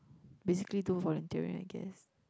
basically do volunteering I guess